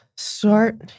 start